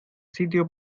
sitio